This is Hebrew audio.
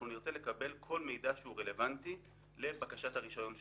אנחנו נרצה לקבל כל מידע שהוא רלוונטי לבקשת הרישיון שלו,